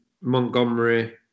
Montgomery